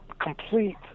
complete